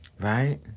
Right